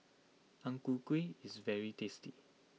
Ang Ku Kueh is very tasty